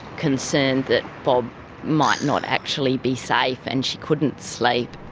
concerned that bob might not actually be safe, and she couldn't sleep.